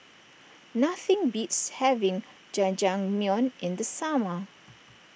nothing beats having Jajangmyeon in the summer